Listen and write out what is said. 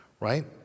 right